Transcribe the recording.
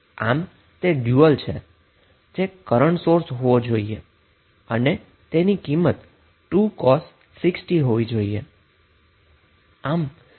તો તેનુ dual current source હોવુ જોઈએ અને તેની વેલ્યુ 2 cos 6t હોવી જોઈએ